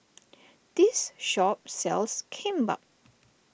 this shop sells Kimbap